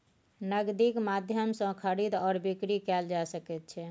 नगदीक माध्यम सँ खरीद आओर बिकरी कैल जा सकैत छै